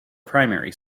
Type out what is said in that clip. primary